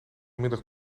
middag